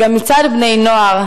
וגם מצד בני-נוער,